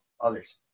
others